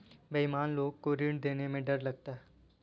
बेईमान लोग को ऋण देने में डर लगता है